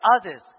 others